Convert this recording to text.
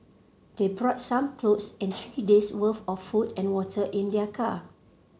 they brought some clothes and three days worth of food and water in their car